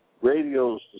radios